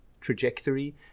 trajectory